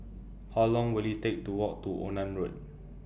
How Long Will IT Take to Walk to Onan Road